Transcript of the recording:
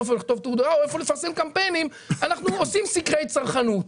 איפה לכתוב טור דעה או לפרסם קמפיינים אנחנו עושים סקרי צרכנות,